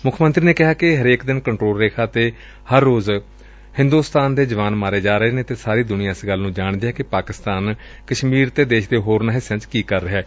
ਮੁੱਖ ਮੰਤਰੀ ਨੇ ਕਿਹਾ ਕਿ ਹਰੇਕ ਦਿਨ ਕੰਟਰੋਲ ਰੇਖਾ ਤੇ ਹਰ ਰੋਜ਼ ਹਿੰਦੂਸਤਾਨ ਦੇ ਜਵਾਨ ਮਾਰੇ ਜਾ ਰਹੇ ਨੇ ਅਤੇ ਸਾਰੀ ਦੁਨੀਆਂ ਇਸ ਗੱਲ ਨੂੰ ਜਾਣਦੀ ਏ ਕਿ ਪਾਕਿਸਤਾਨ ਕਸ਼ਮੀਰ ਤੇ ਦੇਸ਼ ਦੇ ਹੋਰ ਹਿਸਿਆਂ ਚ ਕੀ ਕਰ ਰਿਹੈ